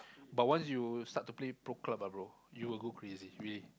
but once you start to play Pro Club ah bro you will go crazy really